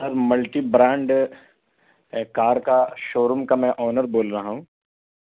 سر multi brand car کا showroom کا میں آنر بول رہا ہوں